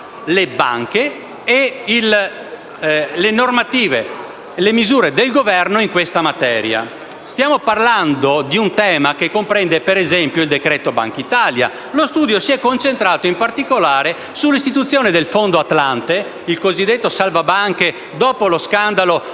le banche e sulle normative e le misure del Governo in questa materia. Stiamo parlando di un tema che comprende - per esempio - il decreto Bankitalia. Lo studio si è concentrato, in particolare, sull'istituzione del fondo Atlante, il cosiddetto salva banche dopo lo scandalo